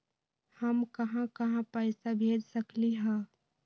हम कहां कहां पैसा भेज सकली ह?